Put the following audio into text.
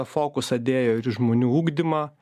fokusą dėjo ir į žmonių ugdymą